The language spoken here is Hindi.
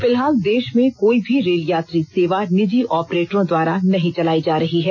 फिलहाल देश में कोई भी रेल यात्री सेवा निजी ऑपरेटरों द्वारा नहीं चलाई जा रही है